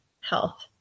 health